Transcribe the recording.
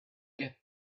get